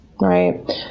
right